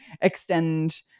extend